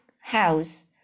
house